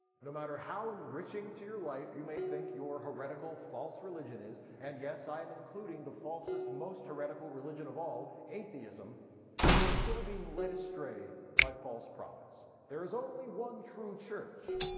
no matter how enriching to your life you may think your heretical false religion is and yes, i am including the falsest, most heretical religion of all, atheism you are still being led astray by false prophets. there is only one true church,